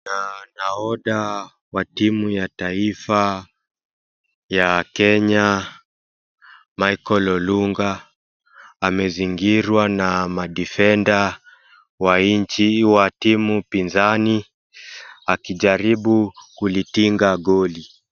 Nahodha wa timu ya taifa ya Kenya Michael Olunga amezingirwa na madifenda wa nchi wa timu pinzani akijaribu kulitinga goli.